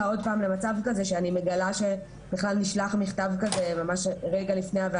עוד פעם למצב כזה שאני מגלה שבכלל נשלח מכתב כזה רגע לפני הוועדה.